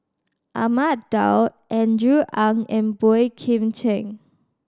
Ahmad Daud Andrew Ang and Boey Kim Cheng